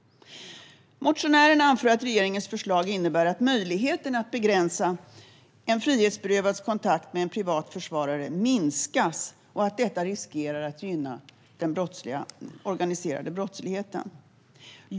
Motionärerna anför att regeringens förslag innebär att möjligheten att begränsa en frihetsberövads kontakt med en privat försvarare minskas och att detta riskerar att gynna den organiserade brottsligheten.